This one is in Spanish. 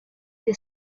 que